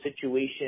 situation